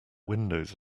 windows